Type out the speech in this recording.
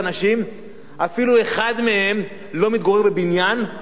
אפילו אחד מהם לא מתגורר בבניין שבו גרים מסתננים.